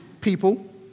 people